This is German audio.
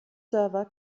server